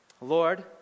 Lord